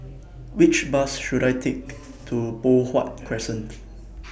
Which Bus should I Take to Poh Huat Crescent